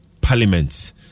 parliament